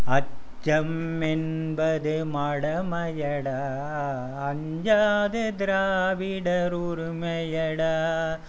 அச்சம் என்பது மடமையடா அஞ்சாது திராவிடர் உரிமையடா